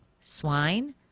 Swine